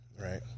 right